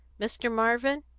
mr. marvin,